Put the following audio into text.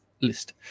List